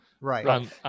right